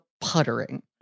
puttering